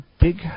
big